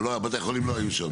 אבל, בתי חולים לא היו שם.